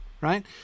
right